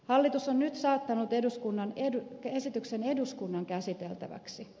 hallitus on nyt saattanut esityksen eduskunnan käsiteltäväksi